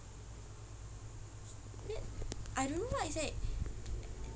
then I don't know what he say